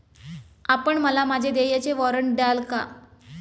आपण मला माझे देयचे वॉरंट द्याल का?